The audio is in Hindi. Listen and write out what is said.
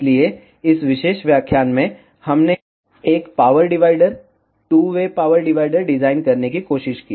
इसलिए इस विशेष व्याख्यान में हमने एक power divider two way power divider design करने की कोशिश की